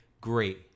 great